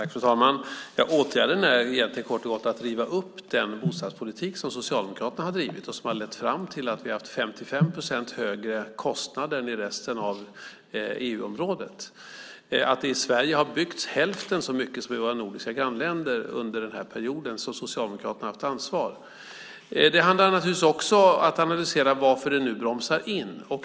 Fru talman! Åtgärden är egentligen kort och gott att riva upp den bostadspolitik som Socialdemokraterna har drivit som har lett fram till att vi har haft 55 procent högre kostnader än resten av EU-området. Det har i Sverige byggts hälften så mycket som i våra nordiska grannländer under den period som Socialdemokraterna har haft ansvar. Det handlar naturligtvis också om att analysera varför bostadsbyggandet nu bromsar in.